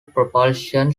propulsion